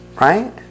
right